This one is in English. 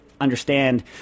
understand